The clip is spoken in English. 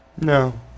No